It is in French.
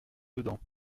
dedans